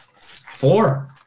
Four